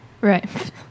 Right